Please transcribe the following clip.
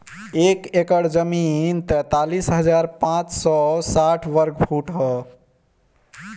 एक एकड़ जमीन तैंतालीस हजार पांच सौ साठ वर्ग फुट ह